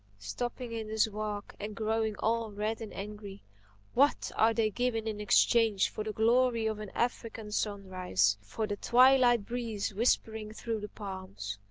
stopping in his walk and growing all red and angry what are they given in exchange for the glory of an african sunrise, for the twilight breeze whispering through the palms,